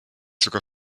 sogar